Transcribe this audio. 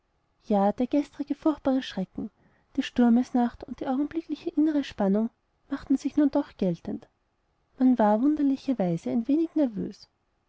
ja der gestrige furchtbare schrecken die sturmesnacht und die augenblickliche innere spannung machten sich nun doch geltend man war wunderlicherweise ein wenig nervös